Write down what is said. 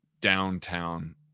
downtown